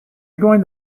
going